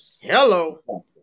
Hello